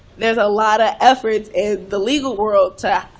there's a lot of efforts in the legal world to,